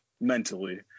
mentally